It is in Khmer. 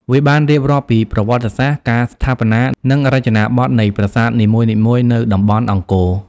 វាបានរៀបរាប់ពីប្រវត្តិសាស្ត្រ ការស្ថាបនា និងរចនាបថនៃប្រាសាទនីមួយៗនៅតំបន់អង្គរ។